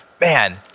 man